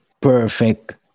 Perfect